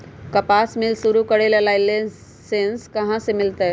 कपास मिल शुरू करे ला लाइसेन्स कहाँ से मिल तय